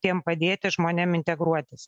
tiem padėti žmonėm integruotis